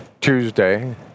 tuesday